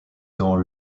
dans